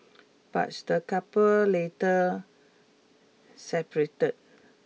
but the couple later separated